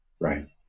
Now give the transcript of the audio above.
Right